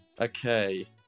Okay